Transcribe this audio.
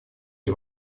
для